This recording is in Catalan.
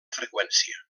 freqüència